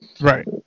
right